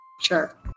Sure